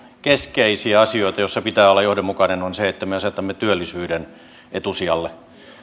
keskeisiä asioita joissa pitää olla johdonmukainen on se että me asetamme työllisyyden etusijalle